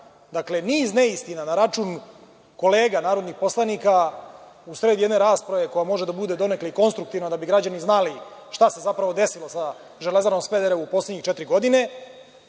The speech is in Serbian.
ovde. Dakle, niz neistina na račun kolega narodnih poslanika usred jedne rasprave koja može da bude donekle i konstruktivna, da bi građani znali šta se zapravo desilo sa „Železarom Smederevo“ u poslednje četiri godine.